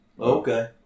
Okay